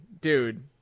dude